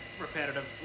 repetitive